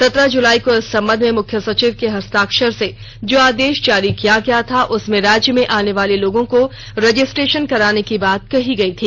सत्रह जुलाई को इस संबंध में मुख्य सचिव के हस्ताक्षर से जो आदेष जारी किया गया था उसमें राज्य में आने वाले लोगों को रजिस्ट्रेषन कराने की बात कही गयी थी